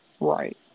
Right